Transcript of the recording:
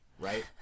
Right